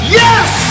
yes